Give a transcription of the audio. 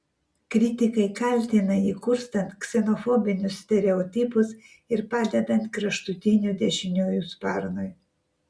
kritikai kaltina jį kurstant ksenofobinius stereotipus ir padedant kraštutinių dešiniųjų sparnui